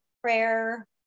prayer